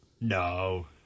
No